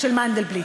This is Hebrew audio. של מנדלבליט.